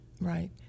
Right